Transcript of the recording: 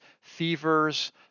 fevers